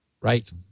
Right